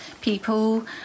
people